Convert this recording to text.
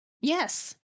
Yes